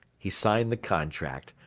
he signed the contract.